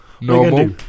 Normal